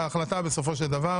ההחלטה בסופו של דבר